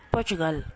Portugal